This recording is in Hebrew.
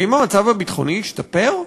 האם המצב הביטחוני השתפר?